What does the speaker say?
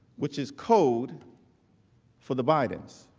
which is code for the bidens.